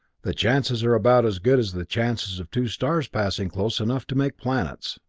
the chances are about as good as the chances of two stars passing close enough to make planets.